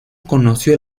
conoció